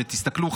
ותסתכלו,